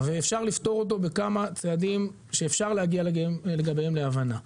ואפשר לפתור אותו בכמה צעדים שאפשר להגיע לגביהם להבנה.